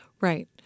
Right